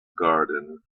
garden